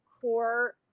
core